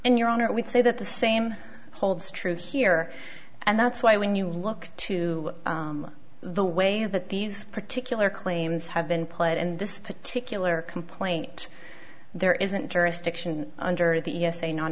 and your honor we'd say that the same holds true here and that's why when you look to the way that these particular claims have been played in this particular complaint there isn't jurisdiction under the e s a non